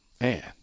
Man